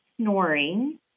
snoring